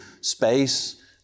space